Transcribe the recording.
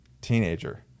teenager